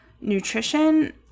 nutrition